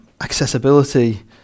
accessibility